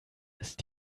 ist